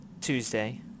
Tuesday